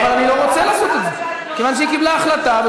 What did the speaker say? מותר ליושב-ראש הישיבה לבטל החלטה של יושב-ראש קודם.